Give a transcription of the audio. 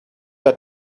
your